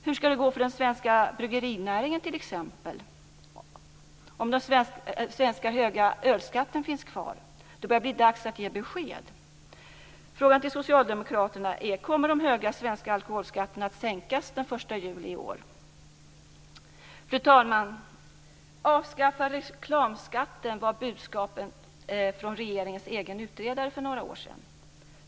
Hur ska det t.ex. gå för den svenska bryggerinäringen om den höga svenska ölskatten finns kvar? Det börjar bli dags att ge besked. Frågan till Socialdemokraterna är: Kommer de höga svenska alkoholskatterna att sänkas den 1 juli i år? Fru talman! Avskaffa reklamskatten var budskapet från regeringens egen utredare för några år sedan.